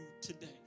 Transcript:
today